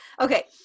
Okay